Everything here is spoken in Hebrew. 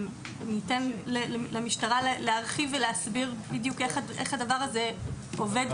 ניתן למשטרה להרחיב ולהסביר איך הדבר הזה עובד